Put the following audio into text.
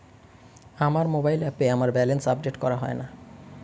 আমার মোবাইল অ্যাপে আমার ব্যালেন্স আপডেট করা হয় না